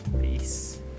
peace